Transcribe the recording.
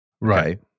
Right